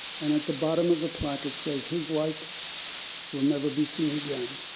and at the bottom of the plaque, it says, his like will never be seen again.